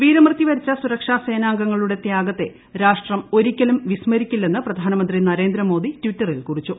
വീരമൃത്യു വരിച്ച സുര്ക്ഷാ സേനാംഗങ്ങളുടെ ത്യാഗത്തെ രാഷ്ട്രം ഒരിക്കലും വ്യസ്മരിക്കില്ലെന്ന് പ്രധാനമന്ത്രി നരേന്ദ്രമോദി ട്വിറ്ററിൽ കുറിച്ചു